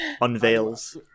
unveils